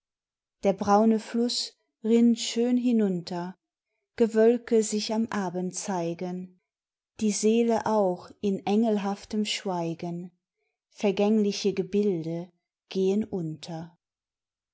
der blaue fluß rinnt schön hinunter gewölke sich am abend zeigen die seele auch in engelhaftem schweigen vergängliche gebilde gehen unter